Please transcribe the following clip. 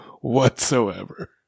whatsoever